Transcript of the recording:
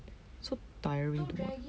so tiring lah